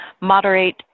moderate